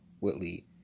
Whitley